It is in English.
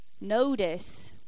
notice